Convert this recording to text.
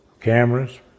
cameras